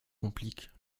complique